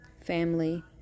family